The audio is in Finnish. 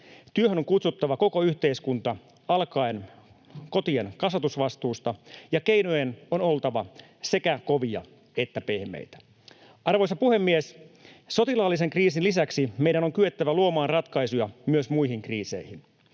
Työhön on kutsuttava koko yhteiskunta alkaen kotien kasvatusvastuusta, ja keinojen on oltava sekä kovia että pehmeitä. Arvoisa puhemies! Sotilaallisen kriisin lisäksi meidän on kyettävä luomaan ratkaisuja myös muihin kriiseihin.